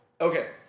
Okay